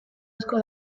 asko